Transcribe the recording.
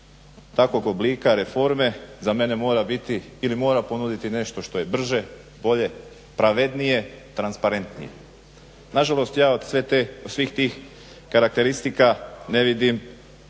takvog oblika reforme za mene mora biti ili mora ponuditi nešto što je brže, bolje, pravednije, transparentnije. Nažalost ja od svih tih karakteristika ne vidim